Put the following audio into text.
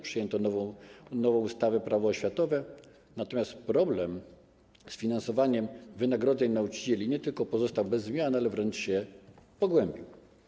Przyjęto nową ustawę Prawo oświatowe, natomiast problem z finansowaniem wynagrodzeń nauczycieli nie tylko pozostał bez zmian, ale wręcz się pogłębił.